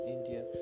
India